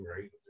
Right